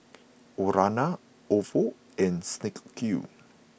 Urana Ofo and Snek Ku